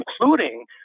including